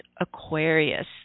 Aquarius